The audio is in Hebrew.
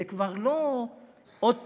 זה כבר לא עוד פיגוע.